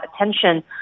attention